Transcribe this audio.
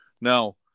now